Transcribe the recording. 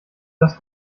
das